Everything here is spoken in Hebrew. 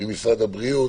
ממשרד הבריאות